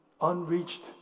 unreached